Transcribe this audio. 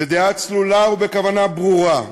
בדעה צלולה ובכוונה ברורה,